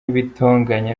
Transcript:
ibitonyanga